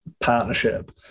partnership